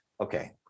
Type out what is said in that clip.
Okay